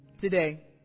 today